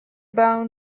bone